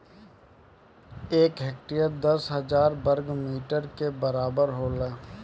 एक हेक्टेयर दस हजार वर्ग मीटर के बराबर होला